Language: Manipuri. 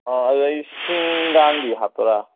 ꯑꯣ ꯑꯗꯨꯗꯩ ꯁꯤꯡꯒꯗꯤ ꯍꯥꯞꯇꯣꯏꯔꯥ